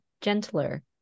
gentler